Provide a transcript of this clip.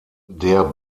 der